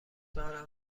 دارم